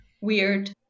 weird